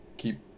keep